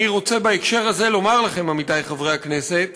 אני רוצה בהקשר הזה לומר לכם, עמיתי חברי הכנסת,